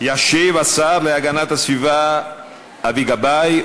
ישיב השר להגנת הסביבה אבי גבאי,